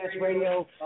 Radio